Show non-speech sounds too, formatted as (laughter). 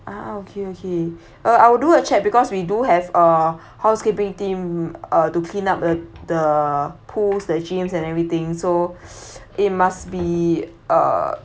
ah okay okay uh I will do a check because we do have a housekeeping team uh to clean up uh the pools the gyms and everything so (noise) it must be uh